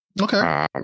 Okay